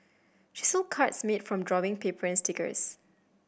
she sold cards made from drawing paper and stickers